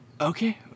Okay